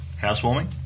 Housewarming